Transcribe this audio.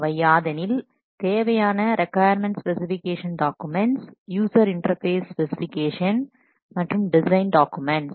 அவை யாதெனில் தேவையான requirement specification documents user interface specification மற்றும் டிசைன் டாக்குமெண்ட்ஸ்